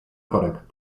korek